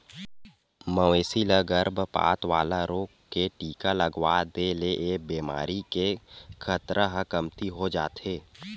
मवेशी ल गरभपात वाला रोग के टीका लगवा दे ले ए बेमारी के खतरा ह कमती हो जाथे